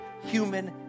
human